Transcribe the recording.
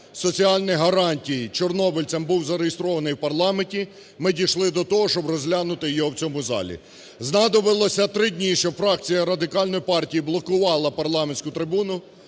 соціальних гарантій чорнобильцям був зареєстрований в парламенті, ми дійшли до того, щоб розглянути його в цьому залі. Знадобилося 3 дні, щоб фракція Радикальної партії блокувала парламентську трибуну.